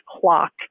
clock